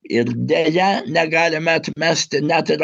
ir deja negalime atmesti net ir